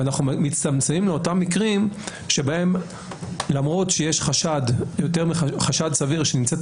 אנחנו מצטמצמים לאותם מקרים בהם למרות שיש חשד סביר שנמצאת